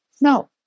No